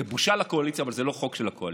זו בושה לקואליציה, אבל זה לא חוק של הקואליציה.